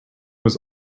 was